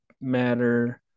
matter